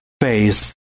faith